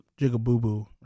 Jigaboo